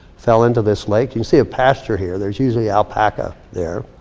fell into this lake. you see a pasture here, there's usually alpaca there.